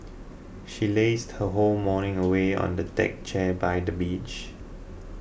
she lazed her whole morning away on the deck chair by the beach